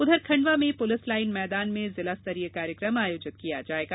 उधर खंडवा में police line मैदान में जिला स्तरीय कार्यक्रम आयोजित किया जायेगा